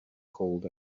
called